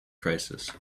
crisis